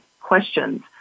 questions